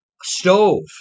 stove